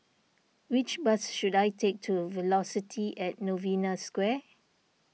which bus should I take to Velocity at Novena Square